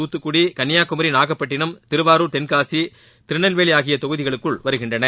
துத்துக்குடி கள்ளியாகுமரி நாகப்பட்டிணம் திருவாரூர் தென்காசி திருநெல்வேலி ஆகிய தொகுதிகளுக்குள் வருகின்றன